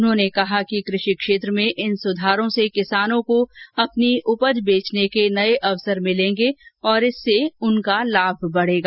उन्होंने कहा कि कृषि क्षेत्र में इन सुधारों से किसानों को अपनी उपज बेचने के नए अवसर मिलेंगे और इससे उनका लाभ बढ़ेगा